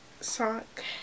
sock